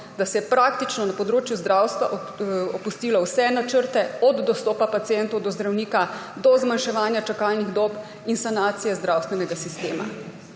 da se je praktično na področju zdravstva opustilo vse načrte od dostopa pacientov do zdravnika do zmanjševanja čakalnih dob in sanacije zdravstvenega sistema.